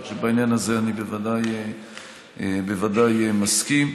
כך שבעניין הזה אני בוודאי מסכים.